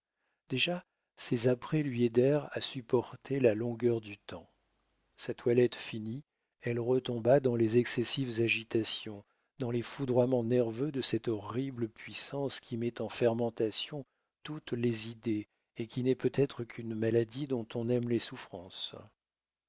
déjà ces apprêts lui aidèrent à supporter la longueur du temps sa toilette finie elle retomba dans les excessives agitations dans les foudroiements nerveux de cette horrible puissance qui met en fermentation toutes les idées et qui n'est peut-être qu'une maladie dont on aime les souffrances